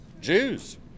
Jews